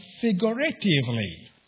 figuratively